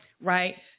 right